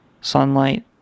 sunlight